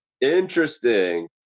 Interesting